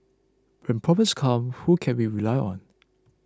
when problems come who can we rely on